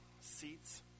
seats